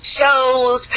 shows